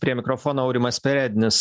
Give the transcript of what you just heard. prie mikrofono aurimas perednis